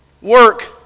work